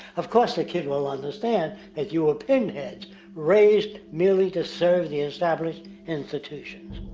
of course, the kid will understand that you're pinheads raised merely to serve the established institutons.